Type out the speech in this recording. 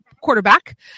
quarterback